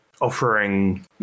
offering